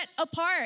apart